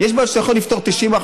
יש בעיות שאתה יכול לפתור ב-90%.